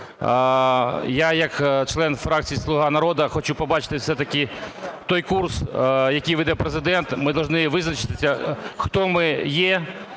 Я як член фракції "Слуга народу" хочу побачити все-таки той курс, який веде Президент. Ми должны визначитися, хто ми є,